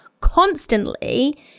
constantly